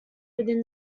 within